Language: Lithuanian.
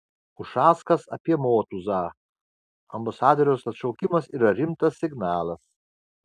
ušackas apie motuzą ambasadoriaus atšaukimas yra rimtas signalas